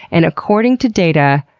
and according to data,